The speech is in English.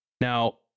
now